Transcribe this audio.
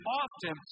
often